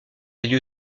lieu